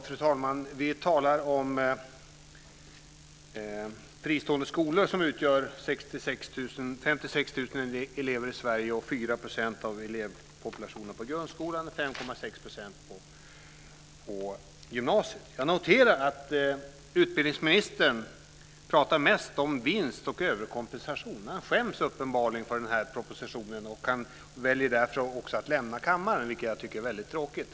Fru talman! Vi talar nu om fristående skolor, som har 56 000 elever i Sverige med en fördelning på 4 % av elevpopulationen på grundskolan och 5,6 % på gymnasiet. Jag noterar att utbildningsministern mest pratat om vinst och överkompensation. Han skäms uppenbarligen för propositionen och väljer därför också att lämna kammaren, vilket jag tycker är väldigt tråkigt.